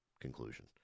conclusion